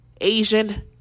Asian